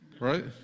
right